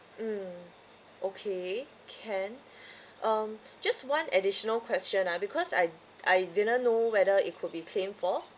mm okay can um just one additional question ah because I I didn't know whether it could be claimed for